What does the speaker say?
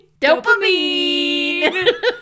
Dopamine